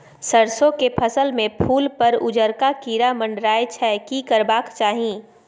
सरसो के फसल में फूल पर उजरका कीरा मंडराय छै की करबाक चाही?